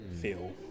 feel